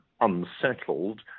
unsettled